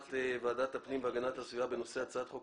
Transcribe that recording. ועדת הפנים והגנת הסביבה בנושא הצעת חוק